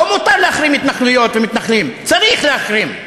לא מותר להחרים התנחלויות ומתנחלים, צריך להחרים.